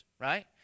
right